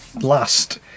last